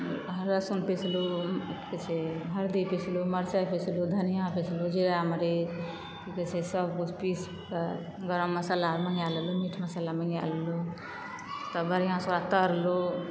तहन लहसुन पिसलू की कहै छै हरदी पिसलू मरचाइ पिसलू धनिया पिसलू जीरा मरीच की कहै छै सब कुछ पीसकऽ गरम मसल्ला मङ्गाए लेलु मीट मसल्ला मङ्गाए लेलु तऽ बढ़ियासऽ ओकरा तरलू